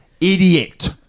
idiot